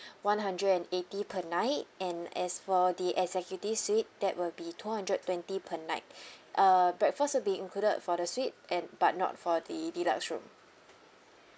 one hundred and eighty per night and as for the executive suite that will be two hundred twenty per night uh breakfast will be included for the suite and but not for the deluxe room